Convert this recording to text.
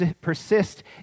persist